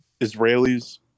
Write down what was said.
Israelis